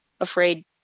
afraid